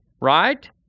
right